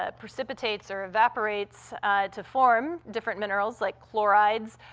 ah precipitates or evaporates to form different minerals like chlorides,